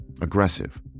aggressive